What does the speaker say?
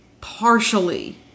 partially